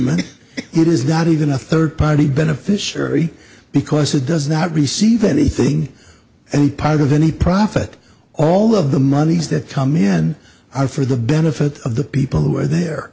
money it is not even a third party beneficiary because it does not receive anything and part of any profit all of the monies that come in are for the benefit of the people who are there